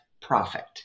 profit